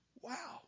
Wow